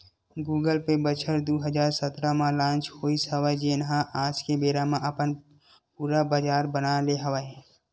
Google Pay बछर दू हजार सतरा म लांच होइस हवय जेन ह आज के बेरा म अपन पुरा बजार बना ले हवय